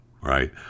right